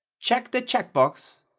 check the checkbox,